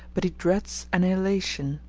but he dreads annihilation.